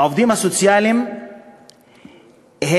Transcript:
העובדים הסוציאליים הם,